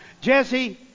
Jesse